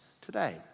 today